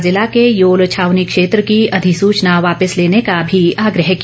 कांगड़ा जिला के योल छावनी क्षेत्र की अधिसुचना वापिस लेने काँआग्रह भी किया